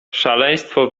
szaleństwo